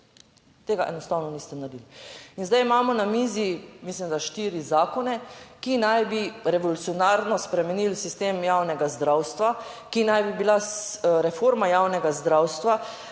Tega enostavno niste naredili. In zdaj imamo na mizi, mislim da štiri zakone, ki naj bi revolucionarno spremenili sistem javnega zdravstva, ki naj bi bila reforma javnega zdravstva.